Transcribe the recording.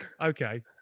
Okay